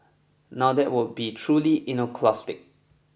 now that would be truly iconoclastic